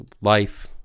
life